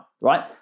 right